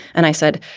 and i said,